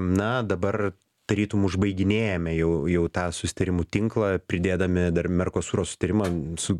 na dabar tarytum užbaiginėjame jau jau tą susitarimų tinklą pridėdami dar merkosuro susitarimą su